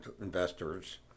investors